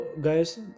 guys